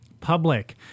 public